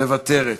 מוותרת,